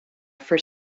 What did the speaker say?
for